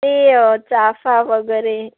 ते य चाफा वगैरे